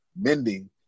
mending